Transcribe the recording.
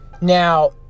Now